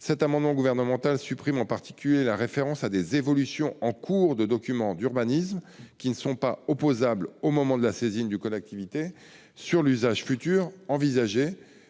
Cet amendement gouvernemental tend, en particulier, à supprimer la référence à des « évolutions en cours de documents d'urbanisme », qui ne sont pas opposables au moment de la saisine d'une collectivité sur l'usage futur envisagé,